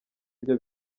byo